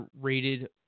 rated